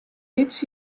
lyts